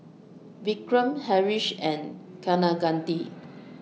Vikram Haresh and Kaneganti